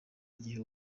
gihe